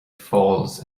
falls